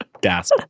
Gasp